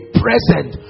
present